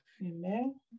Amen